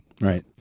Right